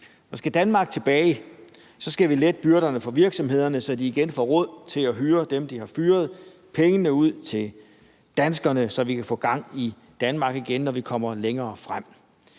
Skal Danmark tilbage, skal vi lette byrderne for virksomhederne, så de igen får råd til at hyre dem, de har fyret. Penge ud til danskerne, så vi kan få gang i Danmark igen, når vi kommer længere frem.